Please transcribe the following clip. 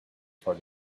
part